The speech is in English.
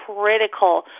critical